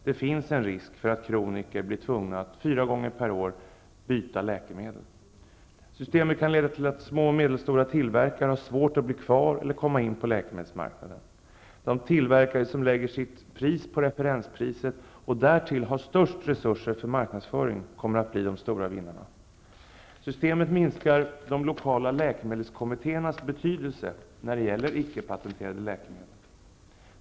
Det finns en risk för att kroniker blir tvungna att byta läkemedel fyra gånger per år. Systemet kan leda till att små och medelstora tillverkare har svårt att bli kvar eller komma in på läkemedelsmarknaden. De tillverkare som lägger sitt pris på referenspriset och därtill har störst resurser för marknadsföring kommer att bli de stora vinnarna. Systemet minskar de lokala läkemedelskommittéernas betydelse när det gäller ickepatenterade läkemedel.